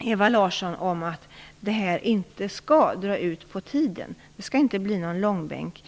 Ewa Larsson om att detta inte skall dra ut på tiden. Det skall inte bli fråga om någon långbänk.